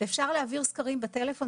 אפשר להעביר סקרים בטלפון,